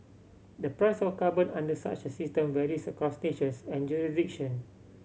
the price of carbon under such a system varies across nations and jurisdiction